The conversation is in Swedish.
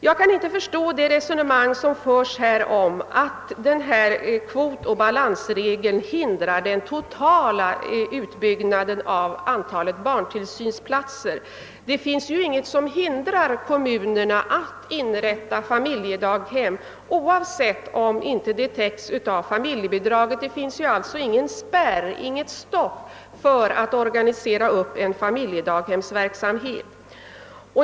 Jag kan inte förstå resonemanget att kvotoch balansregeln hindrar den totala utbyggnaden av antalet barntillsynsplatser. Det finns ju inget som hindrar kommunerna att inrätta familjedaghem, även om statsbidrag inte erhålles. Det finns alltså ingen spärr för organiserandet av familjedaghemsverksamhet.